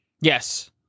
Yes